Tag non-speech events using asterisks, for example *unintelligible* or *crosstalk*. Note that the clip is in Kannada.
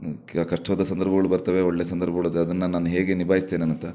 ಕ್ಯ ಕಷ್ಟದ ಸಂದರ್ಭಗಳು ಬರ್ತವೆ ಒಳ್ಳೆಯ ಸಂದರ್ಭಗಳು *unintelligible* ಅದನ್ನು ನಾನು ಹೇಗೆ ನಿಭಾಯಿಸ್ತೇನೆ ಅಂತ